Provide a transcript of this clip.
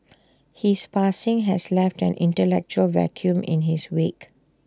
his passing has left an intellectual vacuum in his wake